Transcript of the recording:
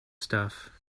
stuff